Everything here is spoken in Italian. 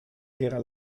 era